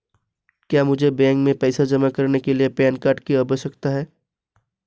क्या मुझे बैंक में पैसा जमा करने के लिए पैन कार्ड की आवश्यकता है?